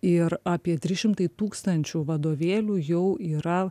ir apie trys šimtai tūkstančių vadovėlių jau yra